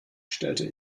stellte